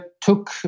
took